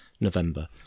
November